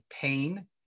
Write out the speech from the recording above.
pain